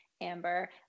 Amber